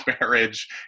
marriage